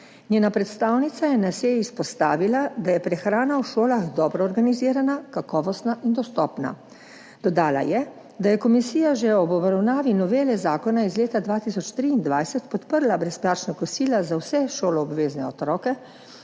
Njena predstavnica je na seji izpostavila, da je prehrana v šolah dobro organizirana, kakovostna in dostopna. Dodala je, da je komisija že ob obravnavi novele zakona iz leta 2023 podprla brezplačna kosila za vse šoloobvezne otroke,